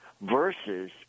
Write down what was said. versus